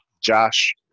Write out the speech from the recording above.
Josh